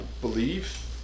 believe